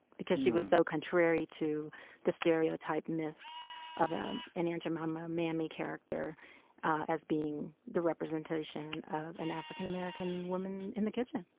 because she was so contrary to the stereotype myth of an um an aunt jemima mammy character as being the representation of an african american woman in the kitchen.